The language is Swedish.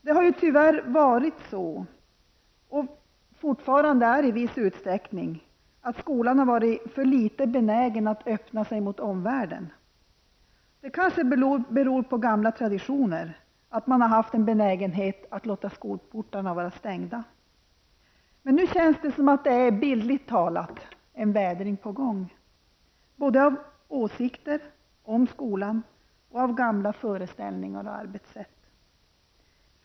Det har tyvärr varit så, och är fortfarande i viss utsträckning, att skolan har varit för litet benägen att öppna sig mot omvärlden. Det kanske beror på gamla traditioner där man har en benägenhet att låta skolportarna vara stängda. Nu känns det bildligt talat som att en vädring är på gång, av åsikter, om skolan och gamla föreställningar och arbetssätt.